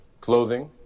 Clothing